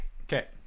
okay